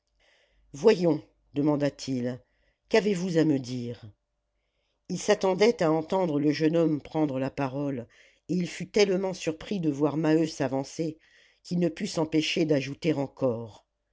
voyons demanda-t-il qu'avez-vous à me dire il s'attendait à entendre le jeune homme prendre la parole et il fut tellement surpris de voir maheu s'avancer qu'il ne put s'empêcher d'ajouter encore